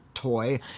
toy